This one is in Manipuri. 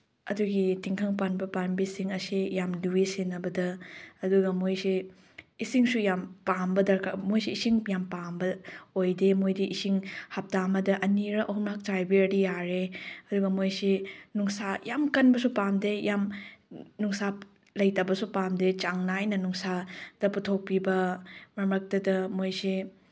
ꯑꯗꯨꯒꯤ ꯇꯤꯡꯈꯪ ꯄꯥꯟꯕ ꯄꯥꯝꯕꯤꯁꯤꯡ ꯑꯁꯤ ꯌꯥꯝ ꯂꯨꯏ ꯁꯦꯟꯅꯕꯗ ꯑꯗꯨꯒ ꯃꯣꯏꯁꯦ ꯏꯁꯤꯡꯁꯨ ꯌꯥꯝ ꯄꯥꯝꯕ ꯃꯣꯏꯁꯦ ꯏꯁꯤꯡ ꯌꯥꯝ ꯄꯥꯝꯕ ꯑꯣꯏꯗꯦ ꯃꯣꯏꯗꯤ ꯏꯁꯤꯡ ꯍꯞꯇꯥ ꯑꯃꯗ ꯑꯅꯤꯔꯛ ꯑꯍꯨꯝꯂꯛ ꯆꯥꯏꯕꯤꯔꯗꯤ ꯌꯥꯔꯦ ꯑꯗꯨꯒ ꯃꯣꯏꯁꯤ ꯅꯨꯡꯁꯥ ꯌꯥꯝ ꯀꯟꯕꯁꯨ ꯄꯥꯝꯗꯦ ꯌꯥꯝ ꯅꯨꯡꯁꯥ ꯂꯩꯇꯕꯁꯨ ꯄꯥꯝꯗꯦ ꯆꯥꯡ ꯅꯥꯏꯅ ꯅꯨꯡꯁꯥꯗ ꯄꯨꯊꯣꯛꯄꯤꯕ ꯃꯔꯛ ꯃꯔꯛꯇꯗ ꯃꯣꯏꯁꯦ